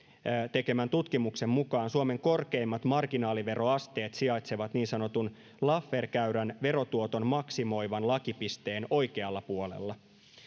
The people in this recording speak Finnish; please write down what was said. tekemän tutkimuksen mukaan suomen korkeimmat marginaaliveroasteet sijaitsevat niin sanotun laffer käyrän verotuoton maksimoivan lakipisteen oikealla puolella